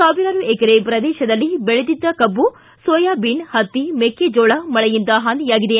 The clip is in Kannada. ಸಾವಿರಾರು ಎಕರೆ ಪ್ರದೇಶದಲ್ಲಿ ಬೆಳೆದಿದ್ದ ಕಬ್ಬು ಸೋಯಾಬೀನ್ ಹತ್ತಿ ಮೆಕ್ಕೆಜೋಳ ಮಳೆಯಿಂದ ಹಾನಿಯಾಗಿದೆ